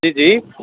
जी जी